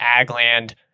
Agland